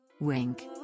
Wink